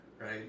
right